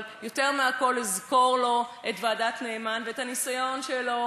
אבל יותר מהכול אזכור לו את ועדת נאמן ואת הניסיון שלו